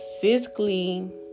physically